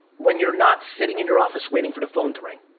when you're not sitting in your office waiting for the phone to ring.